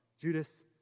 Judas